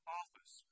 office